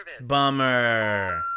Bummer